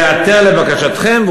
להיעתר לבקשתכם.